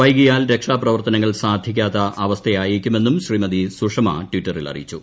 വൈകിയാൽ രക്ഷാപ്രവർത്തനങ്ങൾ സാധിക്കാത്ത അവസ്ഥയായേക്കുമെന്നും ശ്രീമതി സുഷമ ടിറ്ററിൽ അറിയിച്ചു